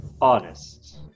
honest